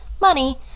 money